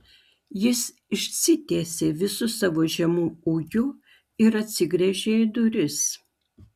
jis išsitiesė visu savo žemu ūgiu ir atsigręžė į duris